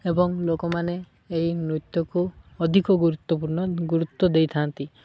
ଏବଂ ଲୋକମାନେ ଏହି ନୃତ୍ୟକୁ ଅଧିକ ଗୁରୁତ୍ୱପୂର୍ଣ୍ଣ ଗୁରୁତ୍ୱ ଦେଇଥାନ୍ତି